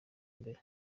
imbere